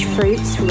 Fruits